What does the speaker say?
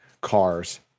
Cars